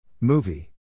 Movie